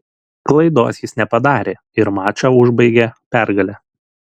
klaidos jis nepadarė ir mačą užbaigė pergale